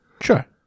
Sure